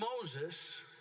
Moses